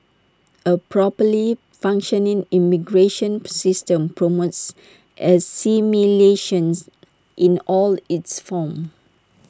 A properly functioning immigration system promotes assimilations in all its forms